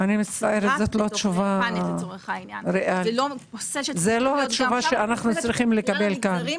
זה לא התשובה שאנחנו צריכים לקבל כאן.